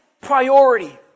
priority